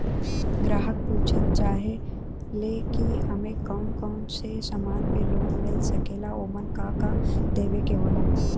ग्राहक पुछत चाहे ले की हमे कौन कोन से समान पे लोन मील सकेला ओमन का का देवे के होला?